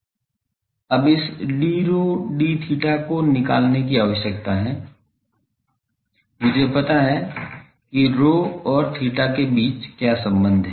अब इस d rho d theta को निकलने की आवश्यकता है मुझे पता है कि ρ और 𝛳 के बीच क्या संबंध है